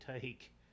take